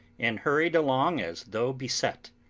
and hurried along as though beset.